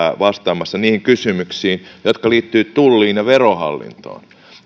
vastaamassa niihin kysymyksiin jotka liittyvät tulliin ja verohallintoon